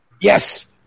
Yes